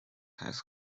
has